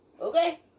Okay